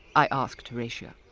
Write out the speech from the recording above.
i asked horatia.